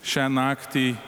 šią naktį